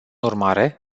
urmare